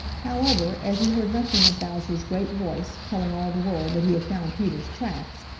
however, as he heard nothing of bowser's great voice, telling all the world that he had found peter's tracks,